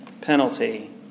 penalty